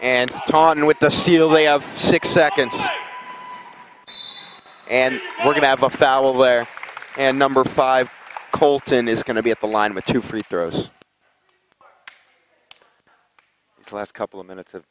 and taunt with the seal they have six seconds and we're going to have a foul there and number five colton is going to be at the line with two free throws the last couple of minutes